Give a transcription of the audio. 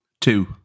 Two